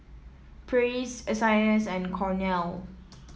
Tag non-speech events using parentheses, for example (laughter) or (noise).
Praise S I S and Cornell (noise)